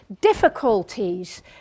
difficulties